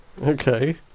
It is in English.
Okay